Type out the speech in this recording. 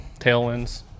tailwinds